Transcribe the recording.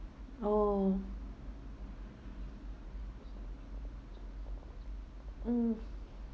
oh mm